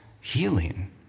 healing